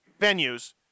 venues